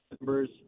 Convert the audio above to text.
Members